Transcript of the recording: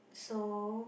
so